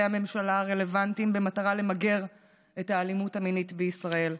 הממשלה הרלוונטיים במטרה למגר את האלימות המינית בישראל,